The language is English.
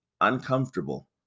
uncomfortable